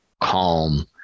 calm